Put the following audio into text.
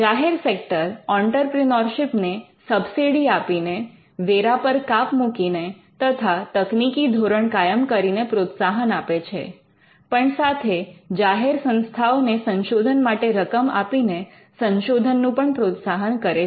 જાહેર sector entrepreneurship ને subsidy આપીને વેરા પર કાપ મૂકીને તથા તકનીકી ધોરણ કાયમ કરીને પ્રોત્સાહન આપે છે પણ સાથે જાહેર સંસ્થાઓને સંશોધન માટે રકમ આપીને સંશોધનનું પણ પ્રોત્સાહન કરે છે